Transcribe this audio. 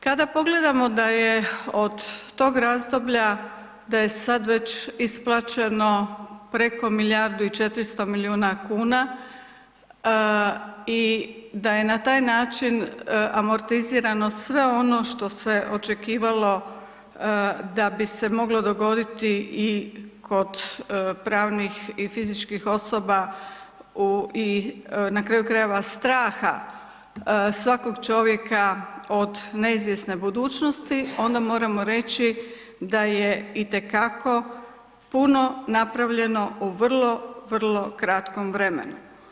Kada pogledamo da je od tog razdoblja, da je sad već isplaćeno preko milijardu i 400 milijuna kuna, i da je na taj način amortizirano sve ono što se očekivalo da bi se moglo dogoditi i kod pravnih i fizičkih osoba u i na kraju krajeva, straha svakog čovjeka od neizvjesne budućnosti, onda moramo reći da je itekako puno napravljeno u vrlo, vrlo kratkom vremenu.